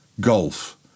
golf